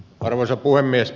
arvoisa puhemies